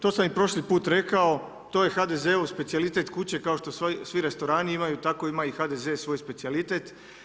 To sam i prošli put rekao, to je HDZ-ov specijalitet kuće ako što svi restorani imaju, tako i HDZ ima svoj specijalitet.